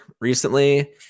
recently